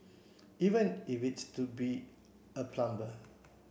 even if it's to be a plumber